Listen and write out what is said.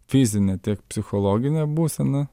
fizinę tiek psichologinę būseną